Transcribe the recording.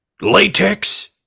latex